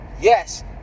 Yes